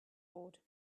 board